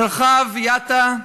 מרחב, יטא,